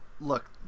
look